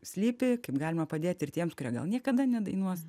slypi kaip galima padėti ir tiems kurie gal niekada nedainuos